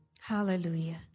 Hallelujah